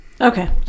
Okay